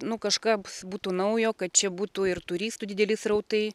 nu kažkas būtų naujo kad čia būtų ir turistų dideli srautai